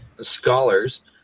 scholars